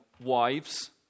wives